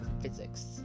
physics